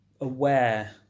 aware